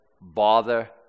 bother